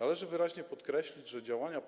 Należy wyraźnie podkreślić, że działania